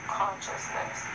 consciousness